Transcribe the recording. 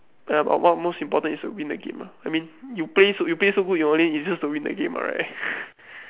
err ya but what most important is to win the game lah I mean you play you play so good is only is just to win the game what right